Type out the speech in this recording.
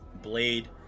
Blade